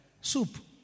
soup